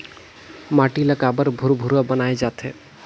माटी ला काबर भुरभुरा बनाय जाथे?